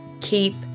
keep